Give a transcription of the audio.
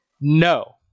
No